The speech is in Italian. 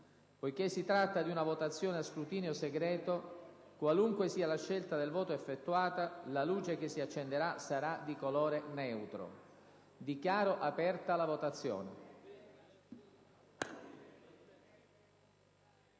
Poiché si tratta di una votazione a scrutinio segreto, qualunque sia la scelta di voto effettuata, la luce che si accenderà sarà di colore neutro. Dichiaro aperta la votazione.